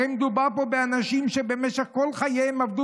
הרי מדובר פה באנשים שבמשך כל חייהם עבדו